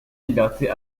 libertés